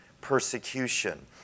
persecution